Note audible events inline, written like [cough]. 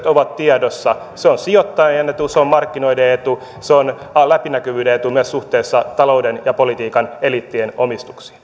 [unintelligible] ovat tiedossa se on sijoittajien etu se on markkinoiden etu se on läpinäkyvyyden etu myös suhteessa talouden ja politiikan eliittien omistuksiin [unintelligible]